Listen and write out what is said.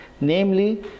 namely